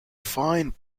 fine